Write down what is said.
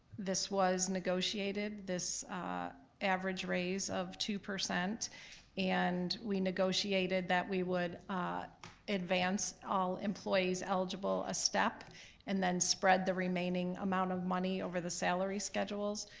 this was negotiated, this average raise of two percent and we negotiated that we would advance all employees eligible a step and then spread the remaining amount of money over the salary schedules.